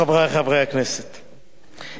אנחנו ממשיכים להצעת החוק הבאה,